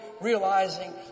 realizing